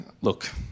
Look